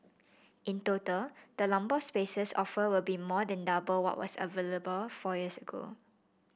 in total the number of spaces offered will be more than double what was available four years ago